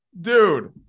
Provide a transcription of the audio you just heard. Dude